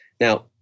Now